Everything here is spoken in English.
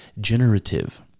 generative